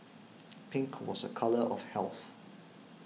pink was a colour of health